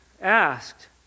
asked